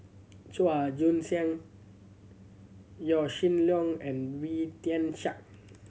Chua Joon Siang Yaw Shin Leong and Wee Tian Siak